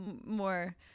more